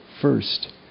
first